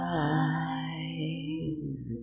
eyes